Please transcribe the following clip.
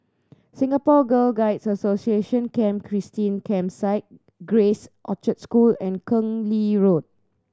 Singapore Girl Guide Association Camp Christine Campsite Grace Orchard School and Keng Lee Road